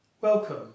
Welcome